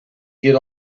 get